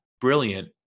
brilliant